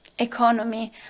economy